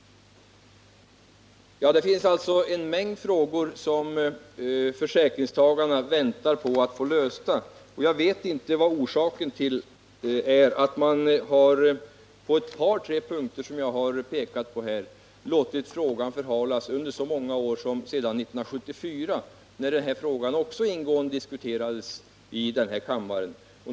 Det finns alltså en mängd frågor som försäkringstagarna väntar på att få besvarade. Jag vet inte vad som är orsaken till att man på ett par tre punkter, som jag pekat på här, har låtit denna fråga förhalas under så många år — ända sedan år 1974, då den också ingående diskuterades i kammaren.